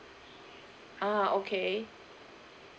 ah okay